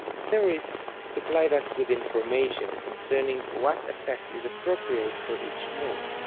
theorists supplied us with information concerning what affect is appropriate for each mode,